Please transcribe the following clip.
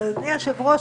אבל אדוני היושב-ראש,